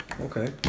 Okay